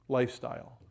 lifestyle